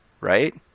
right